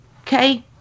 Okay